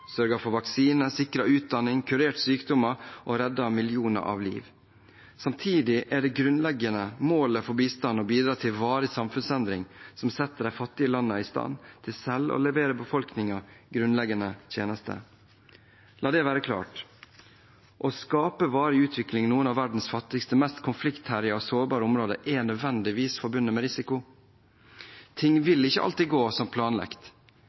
for vaksiner, sikret utdanning, kurert sykdommer og reddet millioner av liv. Samtidig er det grunnleggende målet for bistanden å bidra til varige samfunnsendringer som setter de fattige landene i stand til selv å levere befolkningen grunnleggende tjenester. La det være klart: Å skape varig utvikling i noen av verdens fattigste, mest konfliktherjede og sårbare områder er nødvendigvis forbundet med risiko. Ting vil ikke alltid gå som